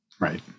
Right